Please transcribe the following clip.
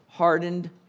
hardened